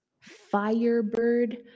Firebird